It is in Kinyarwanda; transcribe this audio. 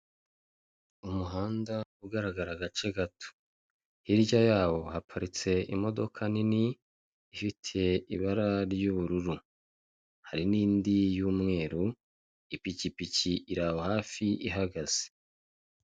Umuhanda ugaragara agace gato hirya yaho haparitse imodoka nini ifite ibara ry'ubururu, hari n'indi y'umweru, ipikipiki iri aho hafi ihagaze.